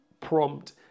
prompt